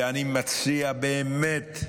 ואני מציע באמת,